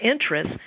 interest